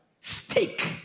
steak